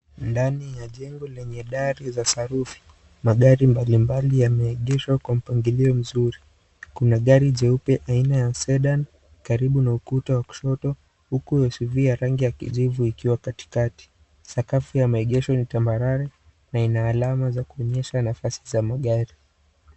Ndani ya jengo lenye dari ya sarufi. Magari mbalimbali yameegeshwa kwenye kwa mpangilio mzuri. Kuna gari jeupe aina ya Sedan karibu na ukuta wa kushoto uku umesifia rangi ya kijivu ikiwa katikati. Sakafu yameegeshwa ni tambarare na na alama ya kuonyesha nafazi za magari